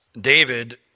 David